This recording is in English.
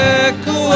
echo